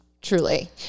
truly